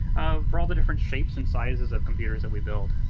for all the different shapes and sizes of computers that we build.